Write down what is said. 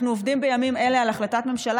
אנחנו עובדים בימים אלה על החלטת ממשלה